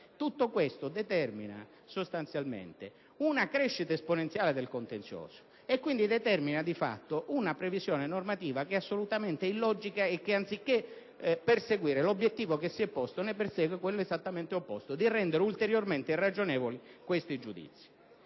Tutto questo determina una crescita esponenziale del contenzioso e quindi determina di fatto una previsione normativa illogica e che, anziché perseguire l'obbiettivo che si è posto, ne persegue uno esattamente opposto: quello di rendere ulteriormente irragionevoli questi giudizi.